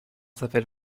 s’appelle